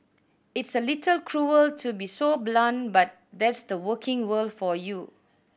i's a little cruel to be so blunt but that's the working world for you